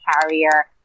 carrier